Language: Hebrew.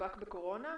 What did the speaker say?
נדבק בקורונה?